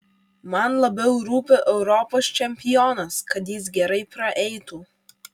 man labiau rūpi europos čempionas kad jis gerai praeitų